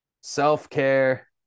self-care